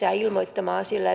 ja ilmoittautumaan siellä